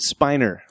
Spiner